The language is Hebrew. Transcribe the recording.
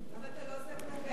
למה אתה לא עושה כלום בעזה?